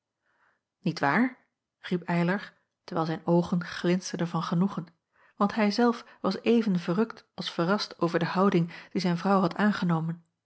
niet waar riep eylar terwijl zijn oogen glinsterden van genoegen want hij zelf was even verrukt als verrast over de houding die zijn vrouw had aangenomen